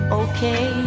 okay